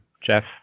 Jeff